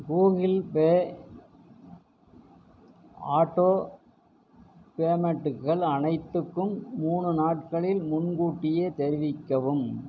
Google Pay auto பேமெண்ட்டுகள் அனைத்துக்கும் மூணு நாட்களில் முன்கூட்டியே தெரிவிக்கவும்